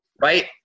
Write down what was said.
right